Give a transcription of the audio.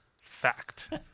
Fact